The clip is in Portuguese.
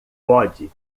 pode